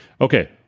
Okay